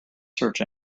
search